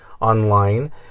online